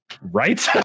right